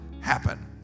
happen